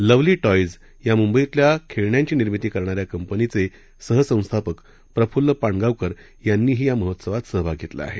lovely toys या मुंबईतल्या खेळण्यांची निर्मिती करणाऱ्या कंपनीचे सहसंस्थापक प्रफुल्ल पाणगांवकर यांनीही या महोत्सवात सहभाग घेतला आहे